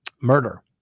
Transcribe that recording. murder